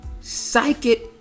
Psychic